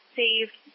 saved